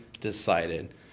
decided